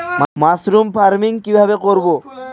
Mushroom farming কি ভাবে করব?